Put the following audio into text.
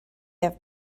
have